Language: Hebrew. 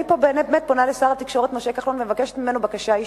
אני באמת פונה לשר התקשורת משה כחלון ומבקשת ממנו בקשה אישית.